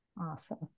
Awesome